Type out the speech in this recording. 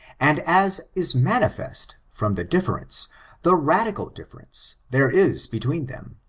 and as is manifest. from the difference the radical difference there is be tween them,